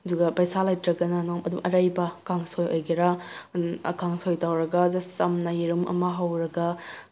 ꯑꯗꯨꯒ ꯄꯩꯁꯥ ꯂꯩꯇ꯭ꯔꯒꯅ ꯑꯗꯨꯝ ꯑꯔꯩꯕ ꯀꯥꯡꯁꯣꯏ ꯑꯣꯏꯒꯦꯔ ꯀꯥꯡꯁꯣꯏ ꯇꯧꯔꯒ ꯖꯁ ꯆꯝꯅ ꯌꯦꯔꯨꯝ ꯑꯃ ꯍꯧꯔꯒ